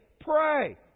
Pray